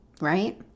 Right